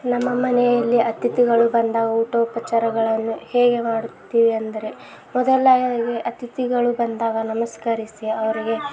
ನಮ್ಮ ಮನೆಯಲ್ಲಿ ಅತಿಥಿಗಳು ಬಂದಾಗ ಊಟೋಪಚಾರಗಳನ್ನು ಹೇಗೆ ಮಾಡುತ್ತೀವಿ ಅಂದರೆ ಮೊದಲು ಅತಿಥಿಗಳು ಬಂದಾಗ ನಮಸ್ಕರಿಸಿ ಅವ್ರಿಗೆ